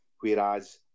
whereas